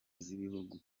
z’ibihugu